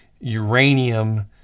uranium